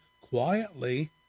quietly